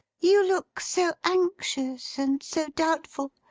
you look so anxious and so doubtful,